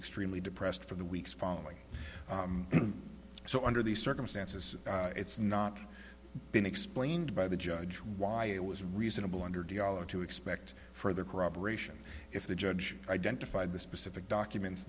extremely depressed for the weeks following so under these circumstances it's not been explained by the judge why it was reasonable under diyala to expect further corroboration if the judge identified the specific documents